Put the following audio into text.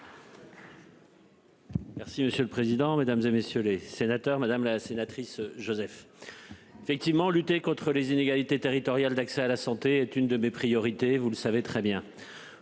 Merci monsieur le président, Mesdames, et messieurs les sénateurs, madame la sénatrice Joseph. Effectivement, lutter contre les inégalités territoriales d'accès à la santé est une de mes priorités, vous le savez très bien.